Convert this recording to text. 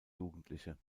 jugendliche